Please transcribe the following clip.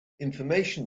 information